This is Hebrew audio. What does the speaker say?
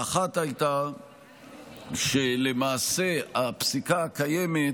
האחת הייתה שלמעשה הפסיקה הקיימת